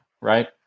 right